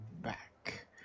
back